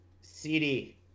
CD